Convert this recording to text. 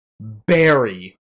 Barry